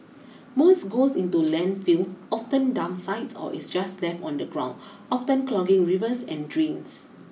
most goes into landfills often dump sites or is just left on the ground often clogging rivers and drains